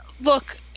Look